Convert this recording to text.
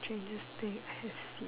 strangest thing I have seen